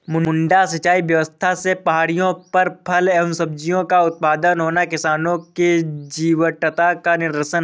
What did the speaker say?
मड्डा सिंचाई व्यवस्था से पहाड़ियों पर फल एवं सब्जियों का उत्पादन होना किसानों की जीवटता का निदर्शन है